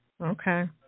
okay